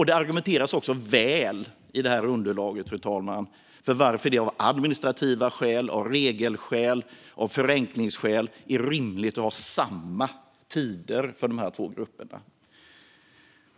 Det argumenteras också väl i underlaget, fru talman, för varför det av administrativa skäl, regelskäl och förenklingsskäl är rimligt att ha samma tider för de två grupperna.